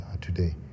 today